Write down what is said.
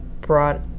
brought